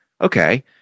okay